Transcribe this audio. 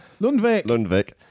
Lundvik